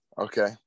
okay